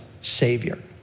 savior